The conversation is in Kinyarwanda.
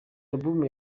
album